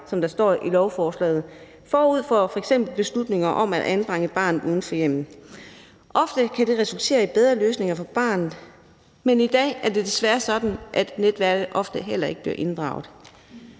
som der står i lovforslaget, forud for f.eks. beslutninger om at anbringe barnet uden for hjemmet. Ofte kan det resultere i bedre løsninger for barnet. I dag er det desværre sådan, at netværket ofte heller ikke bliver inddraget.